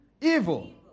evil